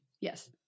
Yes